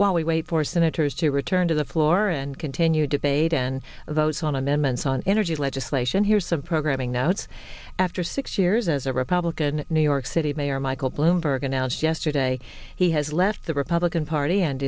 while we wait for senators to return to the floor and continue debate and those on amendments on energy legislation here's some programming notes after six years as a republican new york city mayor michael bloomberg announced yesterday he has left the republican party and